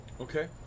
Okay